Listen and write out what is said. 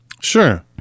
Sure